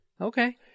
Okay